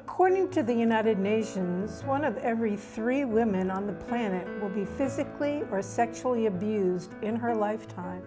according to the united nations one of every three women on the planet will be physically or sexually abused in her lifetime